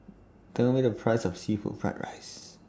Tell Me The Price of Seafood Fried Rice